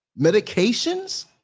medications